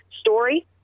story